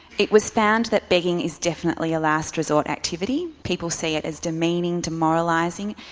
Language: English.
it was found that begging is definitely a last resort activity. people see it as demeaning, demoralising,